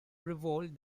revolt